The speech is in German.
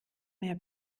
mehr